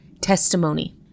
testimony